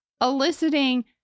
eliciting